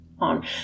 on